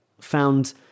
found